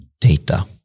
data